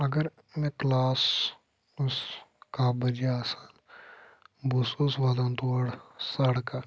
اَگر مےٚ کٕلاس اوس کَہہ بَجے آسان بہٕ اوسُس واتان تور ساڑٕ کَہہ